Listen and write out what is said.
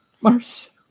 Mars